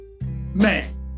man